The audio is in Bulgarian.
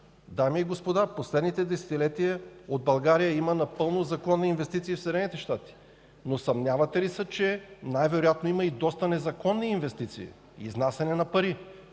Дами и господа, в последните десетилетия от България има напълно законни инвестиции в Съединените щати, но съмнявате ли се, че най-вероятно има и доста незаконни инвестиции – изнасяне на пари?!